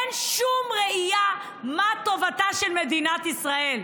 אין שום ראייה של מהי טובתה של מדינת ישראל,